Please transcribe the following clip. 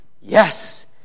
Yes